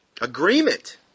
agreement